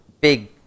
big